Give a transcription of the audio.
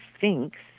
thinks